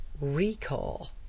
Recall